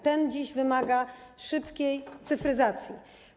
Ten dziś wymaga szybkiej cyfryzacji.